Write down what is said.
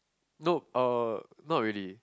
no uh not really